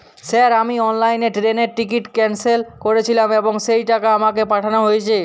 Sir আমি অনলাইনে ট্রেনের টিকিট ক্যানসেল করেছিলাম এবং সেই টাকা আমাকে পাঠানো হয়েছে?